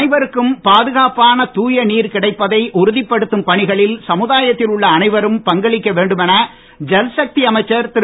அனைவருக்கும் பாதுகாப்பான தூய நீர் கிடைப்பதை உறுதிப்படுத்தும் பணிகளில் சமுதாயத்தில் உள்ள அனைவரும் பங்களிக்க வேண்டுமென ஜல்சக்தி அமைச்சர் திரு